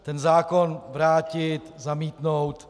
Ten zákon vrátit, zamítnout.